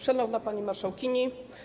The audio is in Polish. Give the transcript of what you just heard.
Szanowna Pani Marszałkini!